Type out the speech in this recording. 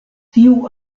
tiu